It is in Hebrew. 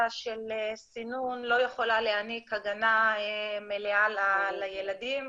של סינון לא יכולה להעניק הגנה מלאה לילדים,